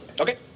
Okay